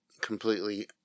completely